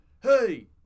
hey